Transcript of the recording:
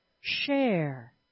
Share